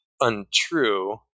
untrue